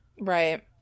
right